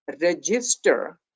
register